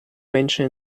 menschen